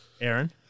Aaron